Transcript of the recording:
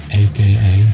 aka